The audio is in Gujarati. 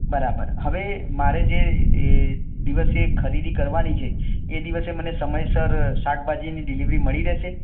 બરાબર હવે મારે જે દિવસે ખરીદી કરવાની છે એ દિવસે મને સમયસર શાકભાજીની ડિલેવરી મળી રહેશે